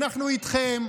אנחנו איתכם,